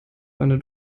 eine